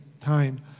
time